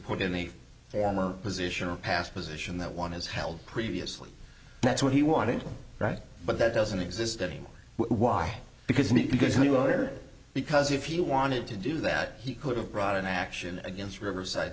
put in the form or position or past position that one is held previously that's what he wanted right but that doesn't exist any more why because maybe because new order because if he wanted to do that he could have brought an action against riverside